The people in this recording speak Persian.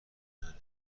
منه